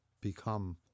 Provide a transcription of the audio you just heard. become